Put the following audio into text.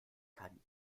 kann